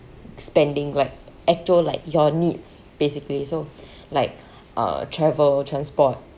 spending like actual like your needs basically so like uh travel transport